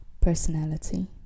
personality